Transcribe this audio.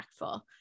impactful